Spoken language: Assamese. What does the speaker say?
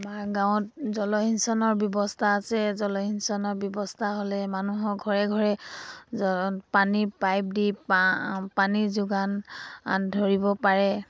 আমাৰ গাঁৱত জলসিঞ্চনৰ ব্যৱস্থা আছে জলসিঞ্চনৰ ব্যৱস্থা হ'লে মানুহৰ ঘৰে ঘৰে পানীৰ পাইপ দি পানীৰ যোগান ধৰিব পাৰে